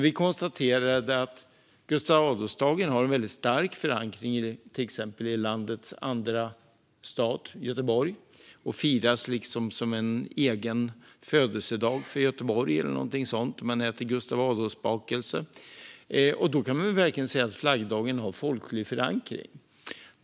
Vi konstaterade att Gustav Adolfsdagen har en väldigt stark förankring i till exempel landets andra stad, Göteborg, och firas som en egen födelsedag eller någonting sådant för staden - man äter till exempel Gustav Adolfsbakelser - och då kan man verkligen säga att flaggdagen har folklig förankring.